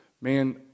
man